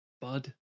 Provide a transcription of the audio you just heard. Bud